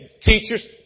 teachers